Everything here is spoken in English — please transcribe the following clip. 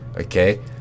okay